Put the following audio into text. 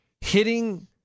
hitting